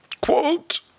Quote